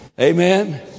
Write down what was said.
Amen